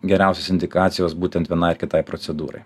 geriausios indikacijos būtent vienai ar kitai procedūrai